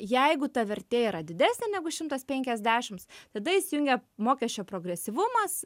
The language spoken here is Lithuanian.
jeigu ta vertė yra didesnė negu šimtas penkiasdešims tada įsijungia mokesčio progresyvumas